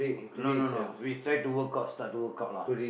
no no no we try to work out start to work out lah